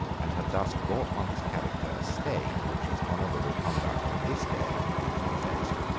and had thus brought on his character a stain which his honourable conduct on this day completely effaced.